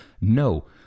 no